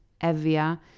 Evia